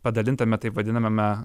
padalintame taip vadinamame